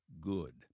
good